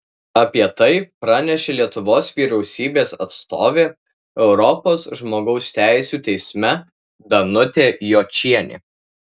apie tai pranešė lietuvos vyriausybės atstovė europos žmogaus teisių teisme danutė jočienė